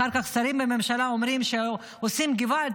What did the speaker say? אחר כך שרים בממשלה אומרים: געוואלד,